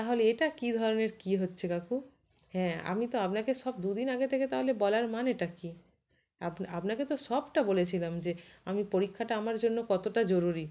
তাহলে এটা কি ধরনের কি হচ্ছে কাকু হ্যাঁ আমি তো আপনাকে সব দুদিন আগে থেকে তাহলে বলার মানেটা কি আপনাকে তো সবটা বলেছিলাম যে আমি পরীক্ষাটা আমার জন্য কতটা জরুরি